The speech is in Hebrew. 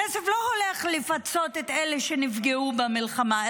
הכסף לא הולך לפצות את אלה שנפגעו במלחמה,